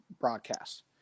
broadcast